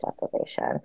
deprivation